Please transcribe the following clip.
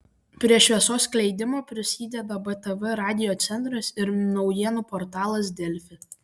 prie šviesos skleidimo prisideda btv radiocentras ir naujienų portalas delfi